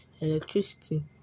electricity